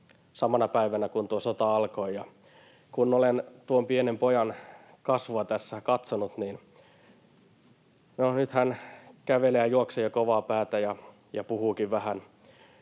samana päivänä, kun tuo sota alkoi. Kun olen tuon pienen pojan kasvua tässä katsonut — no, nyt hän kävelee ja juoksee jo kovaa ja puhuukin vähän